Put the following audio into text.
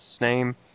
name